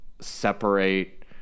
separate